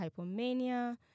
hypomania